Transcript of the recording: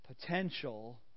potential